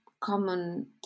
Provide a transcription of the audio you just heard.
common